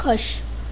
ਖੁਸ਼